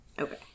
Okay